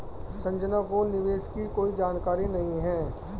संजना को निवेश की कोई जानकारी नहीं है